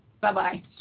Bye-bye